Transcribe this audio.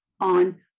on